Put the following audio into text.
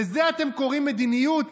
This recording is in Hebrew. לזה אתם קוראים מדיניות?